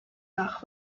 nach